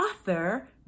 author